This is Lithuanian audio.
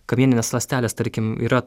kamieninės ląstelės tarkim yra